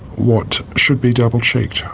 what should be double checked.